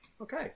Okay